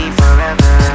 forever